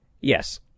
yes